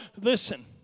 Listen